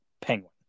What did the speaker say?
Penguin